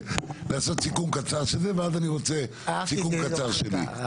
לעשות סיכום של זה ואז אני רוצה סיכום קצר שלי.